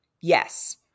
Yes